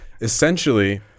essentially